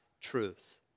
truth